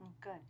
Good